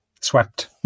swept